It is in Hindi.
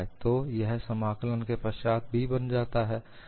तो यह समाकलन के पश्चात p बन जाता है